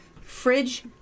Fridge